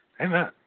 Amen